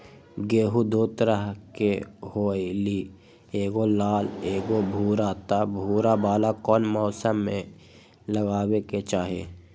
गेंहू दो तरह के होअ ली एगो लाल एगो भूरा त भूरा वाला कौन मौसम मे लगाबे के चाहि?